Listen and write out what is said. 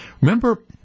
Remember